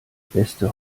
beste